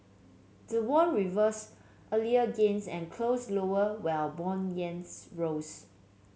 the won reversed earlier gains and closed lower while bond yields rose